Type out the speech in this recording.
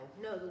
No